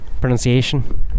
Pronunciation